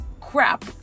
crap